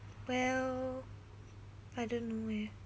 well I don't know eh